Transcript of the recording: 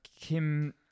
Kim